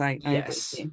Yes